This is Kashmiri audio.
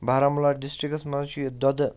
بارہمُلہ ڈِسٹِرکَس منٛز چھُ یہٕ دۄدٕ